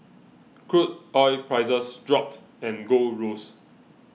crude oil prices dropped and gold rose